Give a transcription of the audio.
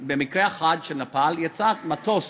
במקרה אחד, של נפאל, יצא מטוס